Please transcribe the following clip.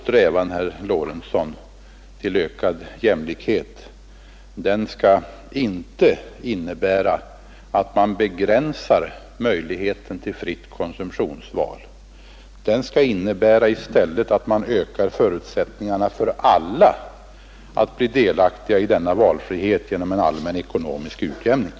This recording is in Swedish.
Strävan, herr Lorentzon, till ökad jämlikhet skall inte innebära att man begränsar möjligheten till sitt konsumtionsval; den skall i stället innebära att man ökar förutsättningarna för alla att genom en allmän ekonomisk utjämning bli delaktiga i denna valfrihet.